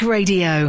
Radio